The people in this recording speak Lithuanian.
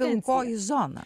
pilkoji zona